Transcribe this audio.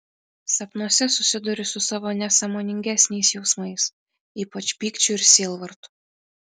sapnuose susiduriu su savo nesąmoningesniais jausmais ypač pykčiu ir sielvartu